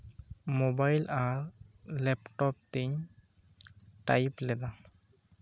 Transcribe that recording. mobile ᱟᱨ laptop ᱛᱤᱧ type ᱞᱮᱫᱟ